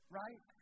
right